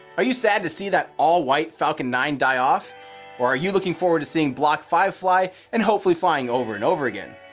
are you sad to see that all white falcon nine die off? or are you looking forward to seeing block five fly and hopefully flying over and over again?